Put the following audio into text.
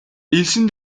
элсэн